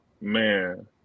man